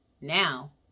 Now